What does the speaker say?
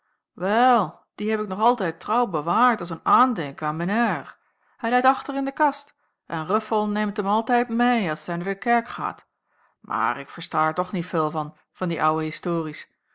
wel dien heb ik nog altijd trouw bewaard als een aandenken a'n men haier hij leit achter in de kast en ruffel neimt hem alteid mei as hij naar de kerk gaat mair ik versta er toch niet veul van van die ouwe histories